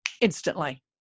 instantly